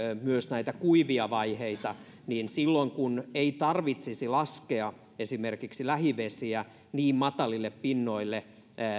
myös näitä kuivia vaiheita eli silloin kun ei tarvitsisi laskea esimerkiksi lähivesiä niin matalille pinnoille